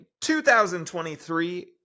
2023